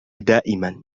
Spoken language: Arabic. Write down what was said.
دائما